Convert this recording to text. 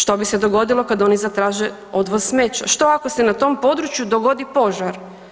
Što bi se dogodilo kada oni zatraže odvoz smeća, što ako se na tom području dogodi požar?